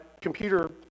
computer